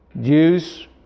Jews